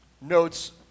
notes